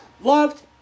loved